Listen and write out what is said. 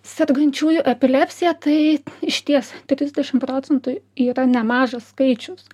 sergančiųjų epilepsija tai išties trisdešim procentų yra nemažas skaičius